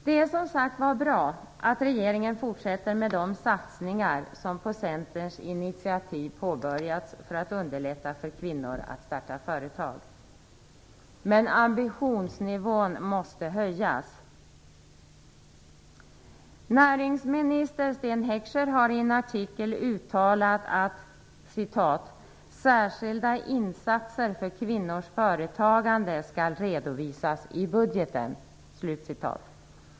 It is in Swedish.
Det är som sagt var bra att regeringen fortsätter med de satsningar som på Centerns initiativ påbörjats för att underlätta för kvinnor att starta företag. Men ambitionsnivån måste höjas. Näringsministern Sten Heckscher har i en artikel uttalat att "särskilda insatser för kvinnors företagande skall redovisas i budgeten".